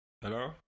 Hello